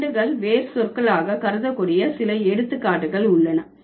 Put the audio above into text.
தண்டுகள் வேர் சொற்களாக கருதக்கூடிய சில எடுத்துக்காட்டுகள் உள்ளன